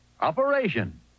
Operation